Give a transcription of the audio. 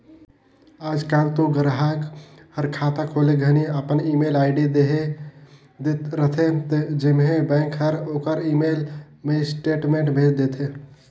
आयज कायल तो गराहक हर खाता खोले घनी अपन ईमेल आईडी देहे रथे जेम्हें बेंक हर ओखर ईमेल मे स्टेटमेंट भेज देथे